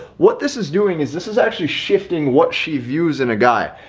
what this is doing is this is actually shifting what she views in a guy.